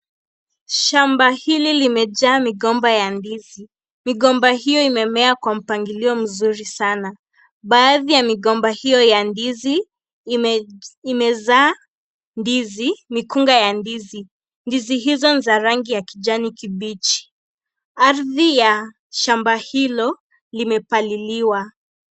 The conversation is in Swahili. Shamba hili limejaa migomba ya ndizi ,migomba hiyo imemea kwa mpangilio mzuri sana, baadha ya migomba hiyo ya ndizi imezaa ndizi mikunga ya ndizi ,ndizi hizo za rangi ya kijani kibichi ardhi ya shamba hilo limepaliliwa.